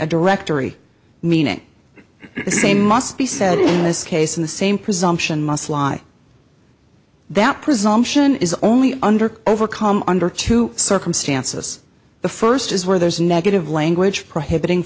a directory meaning the same must be said in this case in the same presumption must lie that presumption is only under overcome under two circumstances the first is where there's negative language prohibiting